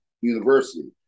university